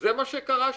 זה מה שקרה שם.